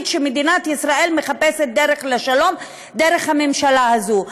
שמדינת ישראל מחפשת דרך לשלום דרך הממשלה הזאת,